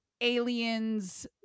aliens